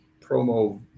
promo